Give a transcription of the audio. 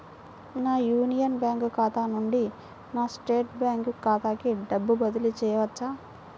నా Union Bank ఖాతా నుండి నా స్టేట్ బ్యాంకు ఖాతాకి డబ్బు బదిలి చేయవచ్చా?